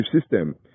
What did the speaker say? system